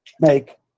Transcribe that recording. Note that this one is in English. make